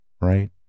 right